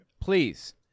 Please